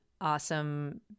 awesome